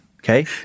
Okay